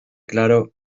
claro